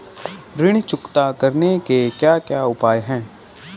ऋण चुकता करने के क्या क्या उपाय हैं?